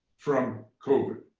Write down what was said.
from covid?